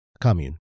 commune